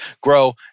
grow